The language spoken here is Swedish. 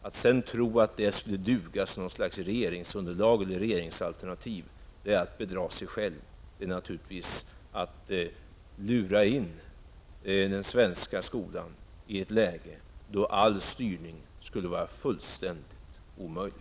Att sedan tro att det skulle duga som ett slags regeringsunderlag eller regeringsalternativ är detsamma som att bedra sig själv. Naturligtvis är det att lura in den svenska skolan i ett läge där all styrning är fullständigt omöjlig.